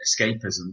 escapism